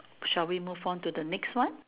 shall we move on to the next one